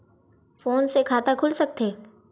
Phone से खाता खुल सकथे?